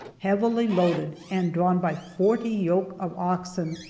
heavily loaded and drawn by forty yoke of oxen,